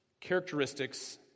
characteristics